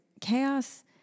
chaos